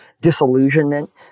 disillusionment